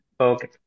Okay